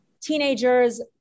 teenagers